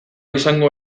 izango